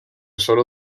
solo